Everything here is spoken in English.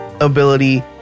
ability